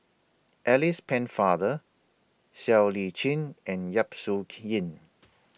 Alice Pennefather Siow Lee Chin and Yap Su Yin